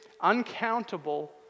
uncountable